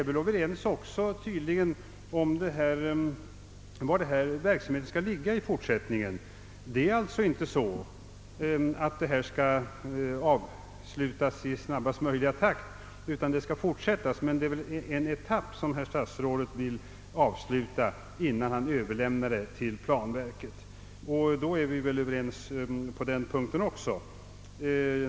Vi är väl tydligen även överens om var verksamheten skall ligga i fortsättningen, Det är alltså inte så att detta arbete skall avslutas i snabbaste möjliga takt utan det skall fortsättas, men det är väl en etapp som herr statsrådet vill avsluta innan han överlämnar verksamheten till planverket. Då är vi väl överens också på den punkten.